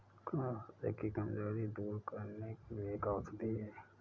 कुंदरू ह्रदय की कमजोरी दूर करने के लिए एक औषधि है